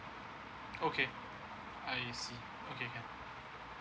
okay I see okay can